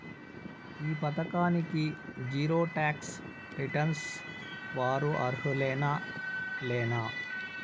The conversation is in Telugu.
ఈ పథకానికి జీరో టాక్స్ రిటర్న్స్ వారు అర్హులేనా లేనా?